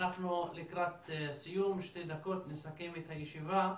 אנחנו לקראת סיום, שתי דקות לסכם את הישיבה.